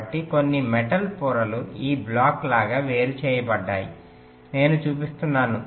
కాబట్టి కొన్ని మెటల్ పొరలు ఈ బ్లాక్ లాగా వేరు చేయబడ్డాయి నేను చూపిస్తున్నాను